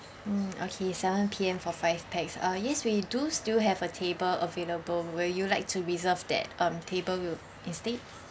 mm okay seven P_M for five pax uh yes we do still have a table available would you like to reserve that um table will instead